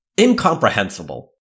incomprehensible